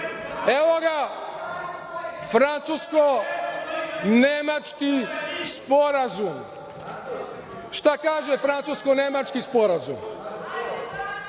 ga francusko-nemački sporazum. Šta kaže francusko-nemački sporazum?